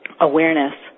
awareness